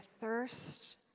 thirst